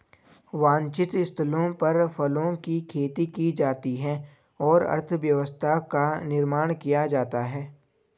वांछित स्थलों पर फलों की खेती की जाती है और अर्थव्यवस्था का निर्माण किया जाता है